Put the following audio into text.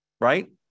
right